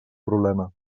problema